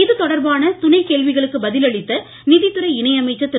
இதுதொடர்பான துணை கேள்விகளுக்கு பதில் அளித்த நிதித்துறை இணை அமைச்சர் திரு